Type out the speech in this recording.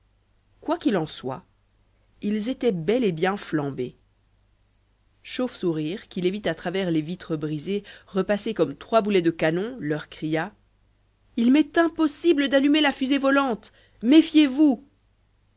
qu'il en soit ils étaient bel et bien flambés chauvesourire qui les vit à travers les vitres brisées repasser comme trois boulets de canon leur cria il m'est impossible d'allumer la fusée volante méfiez-vous